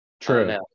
True